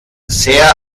sehr